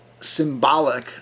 symbolic